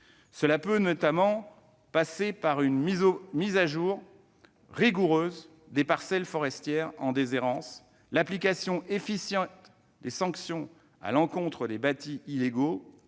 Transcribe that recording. peut notamment passer par une mise à jour rigoureuse des parcelles forestières en déshérence, par l'application efficiente des sanctions prévues à l'encontre des bâtis illégaux,